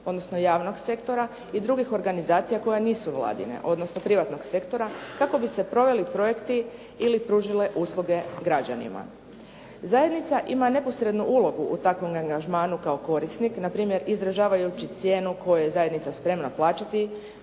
odnosno javnog sektora i drugih organizacija koje nisu vladine odnosno privatnog sektora, kako bi se proveli projekti ili pružile usluge građanima. Zajednica ima neposrednu ulogu u takvom angažmanu kao korisnik, npr. izražavajući cijenu koju je zajednica spremna plaćati